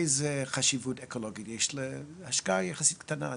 איזה חשיבות אקולוגית יש להשקעה יחסית קטנה.